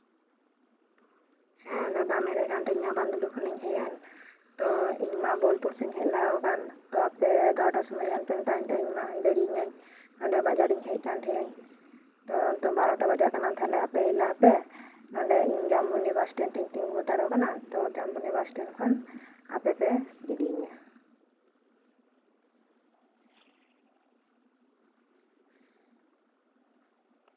ᱦᱮᱸ ᱫᱟᱫᱟ ᱢᱮᱱᱮᱫ ᱛᱟᱦᱮᱸᱱᱤᱧ ᱤᱧ ᱢᱟ ᱵᱟᱸᱫᱞᱩ ᱠᱷᱚᱱᱤᱧ ᱦᱮᱡ ᱮᱱ ᱛᱚ ᱤᱧ ᱢᱟ ᱵᱳᱞᱯᱩᱨ ᱥᱮᱱᱤᱧ ᱦᱮᱡ ᱞᱟᱦᱟᱣᱟᱠᱟᱱ ᱛᱚ ᱟᱯᱮ ᱮᱜᱟᱨᱚ ᱴᱟ ᱥᱮᱱ ᱯᱮ ᱢᱮᱛᱟᱣᱟᱫᱤᱧ ᱛᱟᱦᱮᱸᱱ ᱛᱚ ᱤᱧ ᱢᱟᱧ ᱫᱮᱨᱤᱣᱮᱱᱟᱧ ᱱᱚᱛᱮ ᱵᱟᱡᱟᱨᱤᱧ ᱦᱮᱡ ᱟᱠᱟᱱ ᱛᱟᱦᱮᱸᱱᱟᱹᱧ ᱛᱚ ᱱᱤᱛᱮᱜ ᱵᱟᱨᱚ ᱴᱟ ᱵᱟᱡᱟᱜ ᱠᱟᱱᱟ ᱛᱟᱞᱦᱮ ᱟᱯᱮ ᱦᱮᱡ ᱞᱟᱦᱟ ᱱᱚᱛᱮ ᱡᱟᱢᱵᱚᱱᱤ ᱵᱟᱥ ᱥᱴᱮᱱᱰ ᱴᱷᱮᱡ ᱤᱧ ᱛᱤᱸᱜᱩ ᱦᱟᱛᱟᱲᱚᱜ ᱠᱟᱱᱟ ᱛᱚ ᱡᱟᱢᱵᱚᱱᱤ ᱵᱟᱥ ᱥᱴᱮᱱᱰ ᱠᱷᱚᱱ ᱟᱯᱮ ᱯᱮ ᱤᱫᱤᱭᱤᱧᱟᱹ